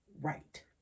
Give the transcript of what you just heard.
right